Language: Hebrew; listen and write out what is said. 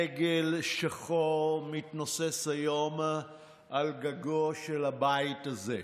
דגל שחור מתנוסס היום על גגו של הבית הזה,